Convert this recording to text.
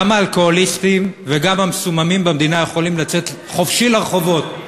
גם האלכוהוליסטים וגם המסוממים במדינה יכולים לצאת חופשי לרחובות.